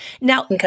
now